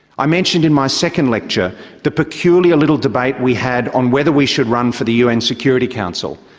i mentioned in my second lecture the peculiar little debate we had on whether we should run for the un security council,